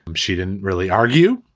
she didn't really argue.